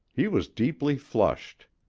he was deeply flushed.